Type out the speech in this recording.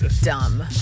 dumb